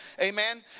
Amen